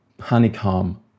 honeycomb